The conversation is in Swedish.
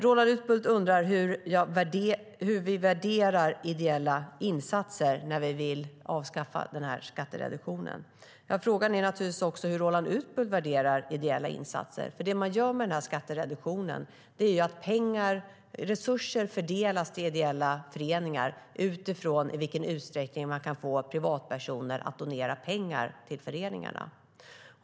Roland Utbult undrar hur vi värderar ideella insatser när vi vill avskaffa den här skattereduktionen. Frågan är naturligtvis också hur Roland Utbult värderar ideella insatser. Med den här skattereduktionen fördelas nämligen resurser till ideella föreningar utifrån i vilken utsträckning man kan få privatpersoner att donera pengar till föreningarna.